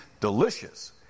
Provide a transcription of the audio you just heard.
delicious